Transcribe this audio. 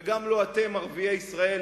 וגם לא אתם, ערביי ישראל.